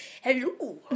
Hello